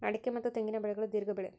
ಅಡಿಕೆ ಮತ್ತ ತೆಂಗಿನ ಬೆಳೆಗಳು ದೇರ್ಘ ಬೆಳೆ